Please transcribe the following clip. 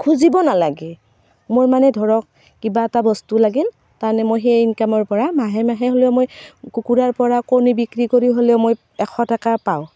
খুজিব নালাগে মোৰ মানে ধৰক কিবা এটা বস্তু লাগিল তাৰমানে মই সেই ইনকামৰ পৰা মাহে মাহে হলেও মই কুকুৰাৰ পৰা কণী বিক্ৰী কৰি হ'লেও মই এশ টকা পাওঁ